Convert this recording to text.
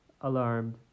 alarmed